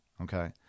okay